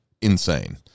insane